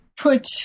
put